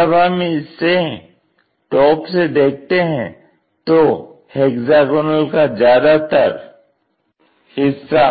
जब हम इसे टॉप से देखते हैं तो हेक्सागोनल का ज्यादातर हिस्सा